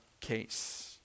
case